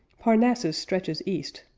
parnassus stretches east,